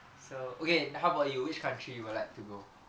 so okay how about you which country you would like to go